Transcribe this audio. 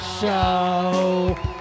show